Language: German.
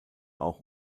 auch